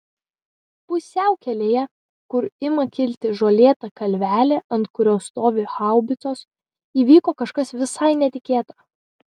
pusiaukelėje kur ima kilti žolėta kalvelė ant kurios stovi haubicos įvyko kažkas visai netikėta